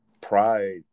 pride